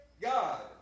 God